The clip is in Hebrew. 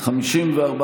הסתייגות 14 לא נתקבלה.